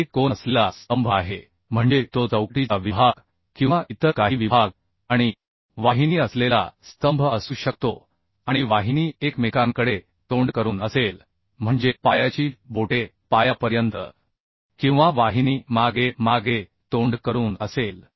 एक कोन असलेला स्तंभ आहे म्हणजे तो चौकटीचा विभाग किंवा इतर काही विभाग आणि वाहिनी असलेला स्तंभ असू शकतो आणि वाहिनी एकमेकांकडे तोंड करून असेल म्हणजे पायाची बोटे पायापर्यंत किंवा चॅनेल मागे मागे तोंड करून असेल